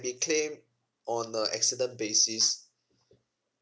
be claimed on a accident basis